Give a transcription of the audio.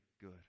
good